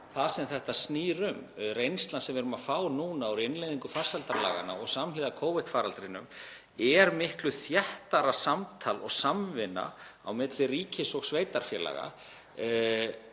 það sem þetta snýst um, reynslan sem við erum að fá núna úr innleiðingu farsældarlaganna og samhliða Covid-faraldrinum, er miklu þéttara samtal og samvinna á milli ríkis og sveitarfélaga